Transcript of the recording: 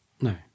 No